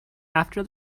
after